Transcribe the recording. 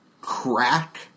crack